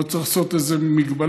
או שצריך לעשות איזה מגבלות,